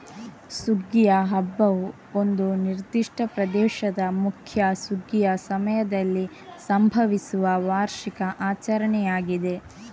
ಸುಗ್ಗಿಯ ಹಬ್ಬವು ಒಂದು ನಿರ್ದಿಷ್ಟ ಪ್ರದೇಶದ ಮುಖ್ಯ ಸುಗ್ಗಿಯ ಸಮಯದಲ್ಲಿ ಸಂಭವಿಸುವ ವಾರ್ಷಿಕ ಆಚರಣೆಯಾಗಿದೆ